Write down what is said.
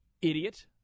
idiot